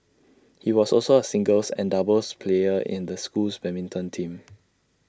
he was also A singles and doubles player in the school's badminton team